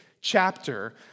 chapter